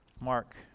Mark